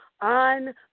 on